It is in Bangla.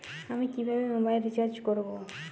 আমি কিভাবে মোবাইল রিচার্জ করব?